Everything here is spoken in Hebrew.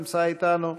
שנמצא אתנו.